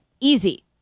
Easy